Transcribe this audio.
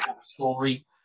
story